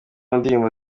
ndirimbo